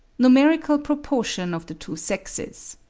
numerical proportion of the two sexes.